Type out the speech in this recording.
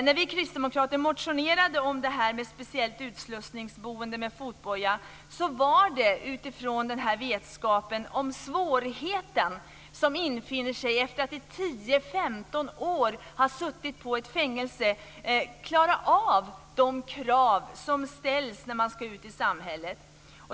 När vi kristdemokrater motionerade om speciellt utslussningsboende med fotboja var det utifrån vetskapen om den svårighet som infinner sig för den som i 10-15 år har suttit i fängelse när det gäller att klara av de krav som ställs när vederbörande ska ut i samhället.